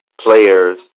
players